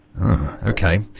Okay